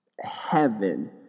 heaven